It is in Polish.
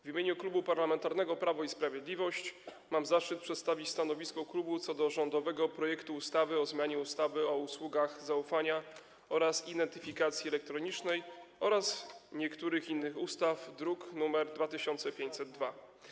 W imieniu Klubu Parlamentarnego Prawo i Sprawiedliwość mam zaszczyt przedstawić stanowisko klubu co do rządowego projektu ustawy o zmianie ustawy o usługach zaufania oraz identyfikacji elektronicznej oraz niektórych innych ustaw, druk nr 2502.